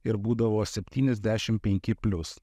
ir būdavo septyniasdešim penki plius